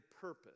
purpose